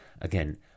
Again